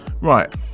Right